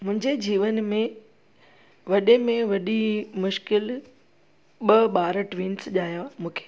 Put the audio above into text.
मुंहिंजे जीवन में वॾे में वॾी मुश्किल ॿ ॿार ट्विंस ॼावा मूंखे